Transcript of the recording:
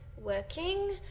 working